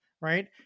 Right